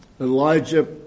Elijah